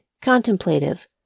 contemplative